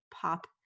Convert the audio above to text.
pop